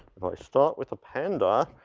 if i start with a panda.